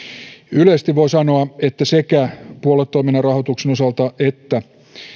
yleisesti voi sanoa että sekä puoluetoiminnan rahoituksen osalta että